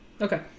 Okay